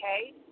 Okay